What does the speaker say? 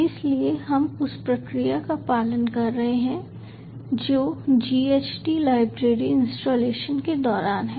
इसलिए हम उस प्रक्रिया का पालन कर रहे हैं जो GHT लाइब्रेरी इंस्टॉलेशन के दौरान है